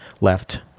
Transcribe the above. left